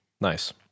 nice